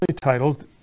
titled